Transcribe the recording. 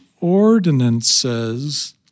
ordinances